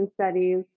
studies